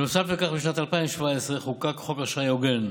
נוסף על כך, בשנת 2017 חוקק חוק אשראי הוגן,